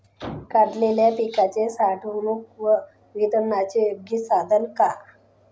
काढलेल्या पिकाच्या साठवणूक व वितरणाचे योग्य साधन काय?